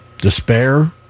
despair